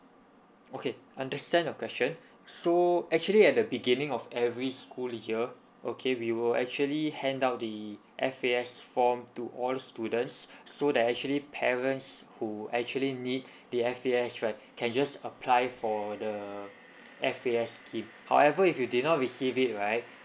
okay understand your question so actually at the beginning of every school year okay we will actually handout the F_A_S form to all students so that actually parents who actually need F_A_S right can just apply for the F_A_S scheme however if you did not receive it right